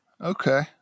Okay